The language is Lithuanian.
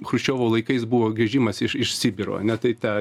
chruščiovo laikais buvo grįžimas iš iš sibiro ane tai tą